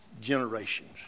generations